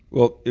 well, it